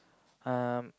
um okay